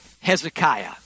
Hezekiah